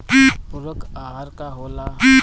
पुरक अहार का होला?